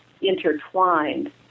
intertwined